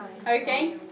Okay